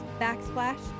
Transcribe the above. backsplash